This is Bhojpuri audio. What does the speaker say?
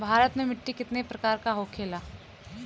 भारत में मिट्टी कितने प्रकार का होखे ला?